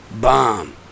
Bomb